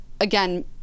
again